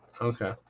Okay